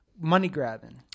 money-grabbing